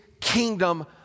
kingdom